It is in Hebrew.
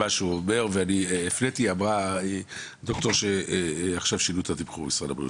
הד"ר אמרה ששינו את התמחור, משרד הבריאות.